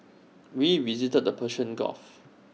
we visited the Persian gulf